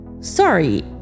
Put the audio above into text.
Sorry